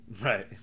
Right